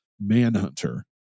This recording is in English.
Manhunter